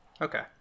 Okay